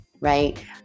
right